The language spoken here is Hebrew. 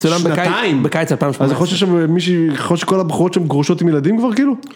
בקיץ 2018. אז יכול להיות שיש שם מישהי, יכול להיות שכל הבחורות שם גרושות עם ילדים כבר כאילו.